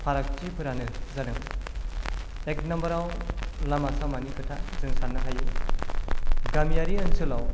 फारागथिफोरानो जादों एक नाम्बाराव लामा सामानि खोथा जों साननो हायो गामियारि ओनसोलाव